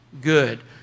Good